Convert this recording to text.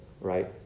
Right